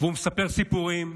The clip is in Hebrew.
והוא מספר סיפורים.